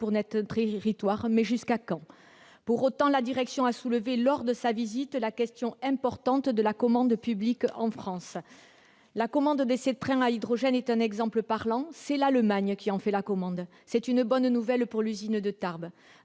pour notre territoire- mais jusqu'à quand sera-ce possible ? Cela étant dit, la direction a soulevé, lors de sa visite, la question importante de la commande publique en France. La commande des trains à hydrogène est un exemple parlant : c'est l'Allemagne qui fait cette commande. C'est une bonne nouvelle pour l'usine de Tarbes.